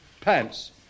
pants